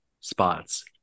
spots